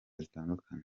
zitandukanye